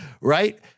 right